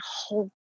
whole